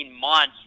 months